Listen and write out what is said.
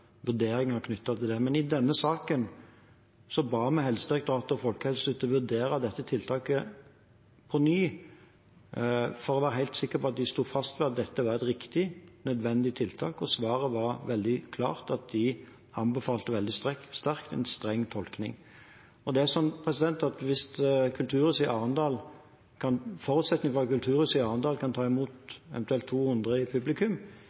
vurderinger knyttet til det. I denne saken ba vi Helsedirektoratet og Folkehelseinstituttet vurdere dette tiltaket på ny for å være helt sikre på at de sto fast på at dette var et riktig og nødvendig tiltak, og svaret var veldig klart, de anbefalte veldig sterkt en streng tolkning. Forutsetningen for at kulturhuset i Arendal eventuelt kan ta imot 200 publikummere, er for det første at